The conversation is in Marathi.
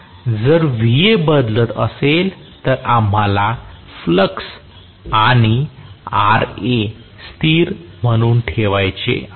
जर Va बदलत असेल तर आम्हाला फ्लक्स आणि Ra स्थिर म्हणून ठेवायचे आहे